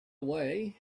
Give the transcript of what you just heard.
away